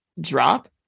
drop